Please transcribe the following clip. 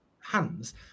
hands